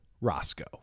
Roscoe